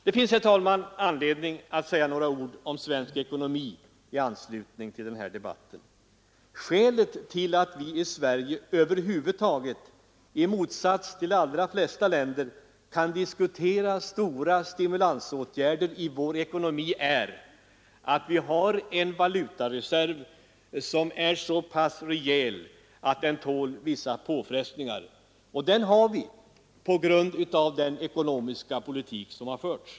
Det finns, herr talman, anledning att säga några ord om svensk ekonomi i anslutning till denna debatt. Skälet till att vi i Sverige över huvud taget, i motsats till de flesta andra länder, kan diskutera stora stimulansåtgärder i vår ekonomi är att vi har en valutareserv som är så rejäl att den tål vissa påfrestningar. Och den har vi på grund av den ekonomiska politik som förts.